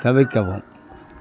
தவிர்க்கவும்